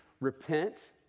repent